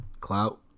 Clout